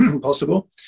possible